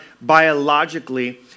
biologically